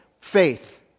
Faith